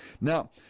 Now